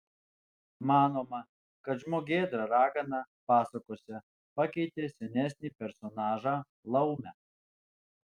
manoma kad žmogėdra ragana pasakose pakeitė senesnį personažą laumę